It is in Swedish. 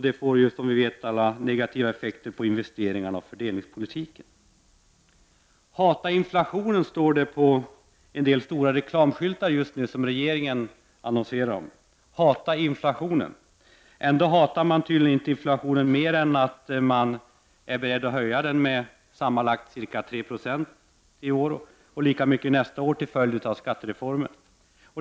Det får, som vi alla vet, negativa effekter på investeringarna och fördelningspolitiken. ”Hata inflationen”, står det på en del stora reklamskyltar som regeringen låtit sätta upp. Hata inflationen! Ändå hatar man tydligen inte inflationen mer än att man är beredd att höja den med sammanlagt cirka tre procentenheter i år och lika mycket nästa år till följd av skattereformen.